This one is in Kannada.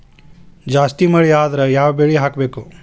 ಜಾಸ್ತಿ ಮಳಿ ಆದ್ರ ಯಾವ ಬೆಳಿ ಹಾಕಬೇಕು?